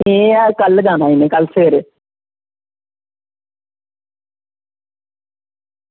एह् कल्ल जाना इनें कल्ल सबेरै